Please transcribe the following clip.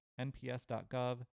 NPS.gov